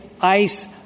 ICE